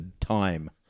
time